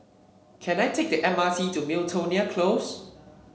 can I take the M R T to Miltonia Close